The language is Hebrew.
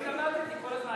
אבל אני התלבטתי כל הזמן.